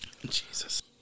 Jesus